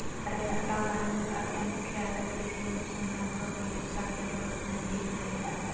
भारत में बागवानी विभाग के मुख्यालय कृषि अनुसंधान भवन पूसा केम्पस नई दिल्ली में हइ